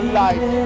life